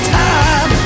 time